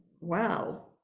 Wow